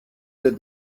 that